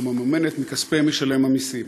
וממומנת מכספי משלם המסים.